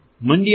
મંડ્યામ એ